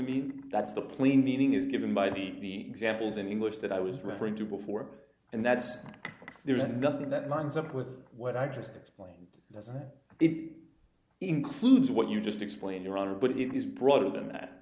mean that's the plain meaning is given by the examples in english that i was referring to before and that's there's nothing that minds up with what i just explained doesn't it includes what you just explain your honor but it is broader than that